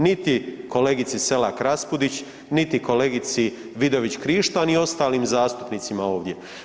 Niti kolegici Selak Raspudić niti kolegici Vidović Krišto a ni ostalim zastupnicima ovdje.